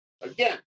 Again